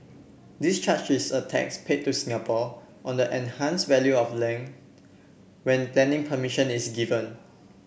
this charge is a tax paid to Singapore on the enhanced value of land when planning permission is given